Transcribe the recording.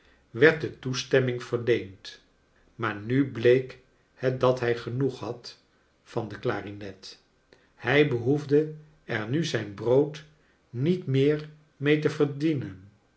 werd de toestemming verleend maar nu bleek het dat hij genoeg had van de clarinet hij behoefde er nu zijn brood niet meer mee te verdienen